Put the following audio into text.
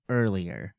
earlier